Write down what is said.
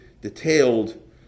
detailed